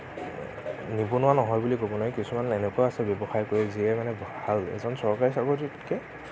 নিবনুৱা নহয় বুলি ক'ব নোৱাৰি কিছুমান এনেকুৱা আছে ব্যৱসায় কৰি যিয়ে মানে ভাল এজন চৰকাৰী চাকৰিয়ালতকে